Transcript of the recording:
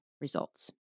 results